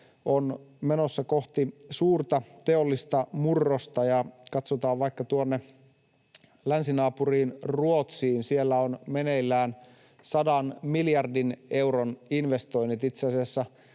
on menossa kohti suurta teollista murrosta, ja katsotaan vaikka tuonne länsinaapuriin Ruotsiin, niin siellä on meneillään sadan miljardin euron investoinnit. Ruotsin